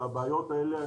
והבעיות האלה,